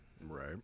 Right